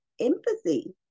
empathy